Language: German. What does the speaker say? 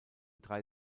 drei